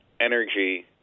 energy